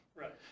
right